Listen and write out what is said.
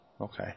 Okay